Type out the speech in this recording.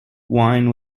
wine